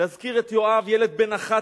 להזכיר את יואב, ילד בן 11,